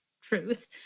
truth